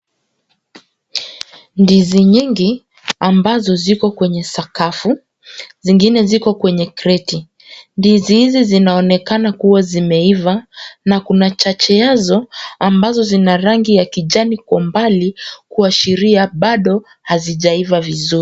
Ndizi nyingi ambazo ziko kwenye sakafu, zingine ziko kwenye kreti. Ndizi hizi zinaonekana kuwa zimeiva na kuna chache yazo ambazo Zina rangi ya kijani kwa mbali kuashiria bado hazija iva vizuri.